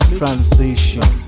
transition